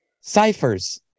Ciphers